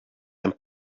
and